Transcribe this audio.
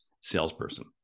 salesperson